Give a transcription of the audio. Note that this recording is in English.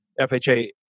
FHA